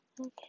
Okay